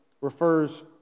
refers